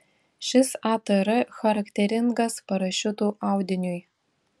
šis atr charakteringas parašiutų audiniui